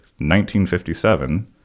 1957